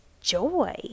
joy